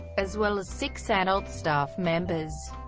as well as six adult staff members.